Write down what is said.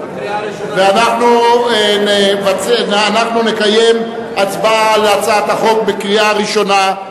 ואנחנו נקיים הצבעה על הצעת החוק בקריאה ראשונה.